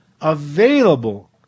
available